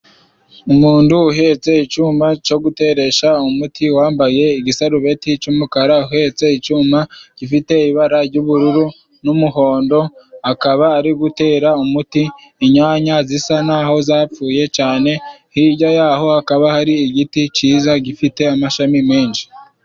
Umundu uhetse icuma co guteresha umuti wambaye igisarubeti c'umukara, uhetse icuma gifite ibara jy'ubururu n'umuhondo, akaba ari gutera umuti inyanya zisa naho zapfuye cane. Hijya yaho hakaba hari igiti ciza gifite amashami menshi.